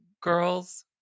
girls